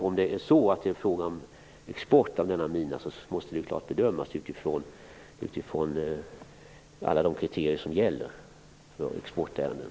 Om det är frågan om export av denna mina måste det bedömas utifrån alla de kriterier som gäller för exportärenden.